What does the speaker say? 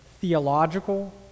theological